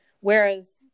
Whereas